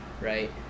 right